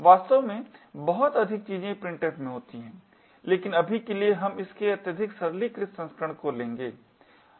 वास्तव में बहुत अधिक चीजें printf में होती हैं लेकिन अभी के लिए हम इसके अत्यधिक सरलीकृत संस्करण को लेंगे